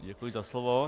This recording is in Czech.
Děkuji za slovo.